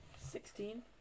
Sixteen